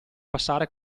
passare